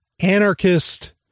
anarchist